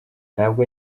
ntabwo